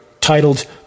titled